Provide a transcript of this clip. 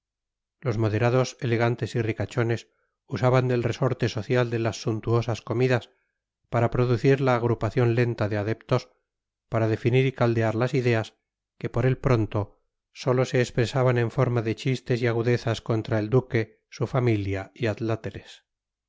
los moderados elegantes y ricachones usaban del resorte social de las suntuosas comidas para producir la agrupación lenta de adeptos para definir y caldear las ideas que por el pronto sólo se expresaban en forma de chistes y agudezas contra el duque su familia y